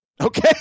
Okay